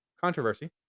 controversy